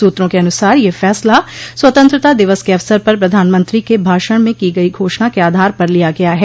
सूत्रों के अनुसार यह फैसला स्वतंत्रता दिवस के अवसर पर प्रधानमंत्री के भाषण में की गई घोषणा के आधार पर लिया गया है